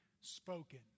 spoken